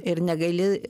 ir negali